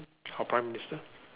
our prime minister